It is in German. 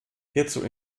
hierzu